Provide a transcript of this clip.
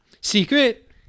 Secret